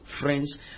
friends